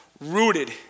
rooted